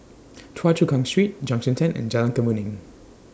Choa Chu Kang Street Junction ten and Jalan Kemuning